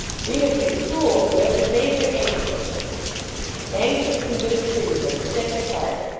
we have been cruel, grip, and made her anxious anxious in good truth, and sick at heart!